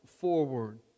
forward